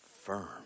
firm